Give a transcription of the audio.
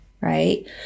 right